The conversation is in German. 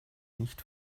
nicht